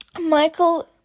Michael